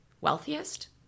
wealthiest